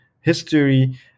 history